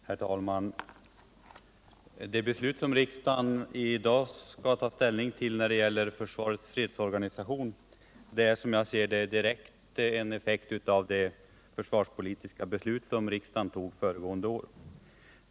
Herr talman! Det beslut som riksdagen i dag skall fatta när det gäller försvarets fredsorganisation är, som jag ser det, en direkt effekt av det försvarspolitiska beslut som riksdagen fattade föregående år.